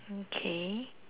okay